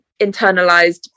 internalized